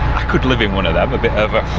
i could live in one of them, a bit of a